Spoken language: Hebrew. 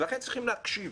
לכן צריך להקשיב